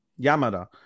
Yamada